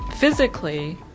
Physically